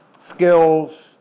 skills